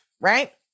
right